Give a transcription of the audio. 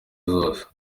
zose